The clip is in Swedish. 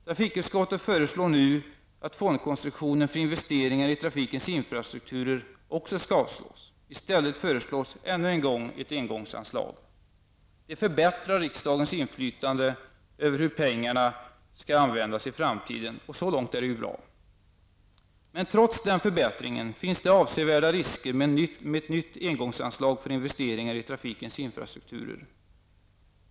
Trafikutskottet föreslår också nu att fondkonstruktionen för investeringar i trafikens infrastrukturer skall avslås. I stället föreslås ännu en gång ett engångsanslag. Det förbättrar riksdagens inflytande över hur pengarna skall användas i framtiden, och så långt är det ju bra. Men trots den förbättringen finns det avsevärda risker med ett nytt engångsanslag för investeringar i trafikens infrastrukturer.